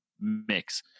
mix